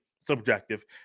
Subjective